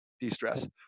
de-stress